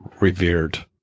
revered